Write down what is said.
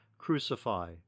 Crucify